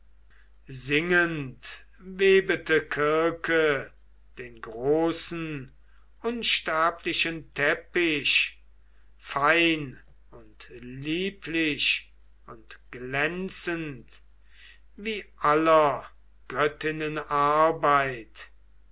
singend webete kirke den großen unsterblichen teppich fein und lieblich und glänzend wie aller göttinnen arbeit